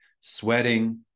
sweating